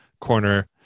corner